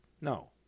No